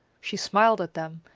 she smiled at them,